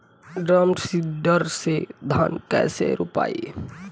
Drum seeder से धान कैसे रोपाई?